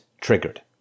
triggered